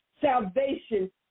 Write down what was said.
Salvation